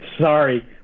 sorry